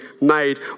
made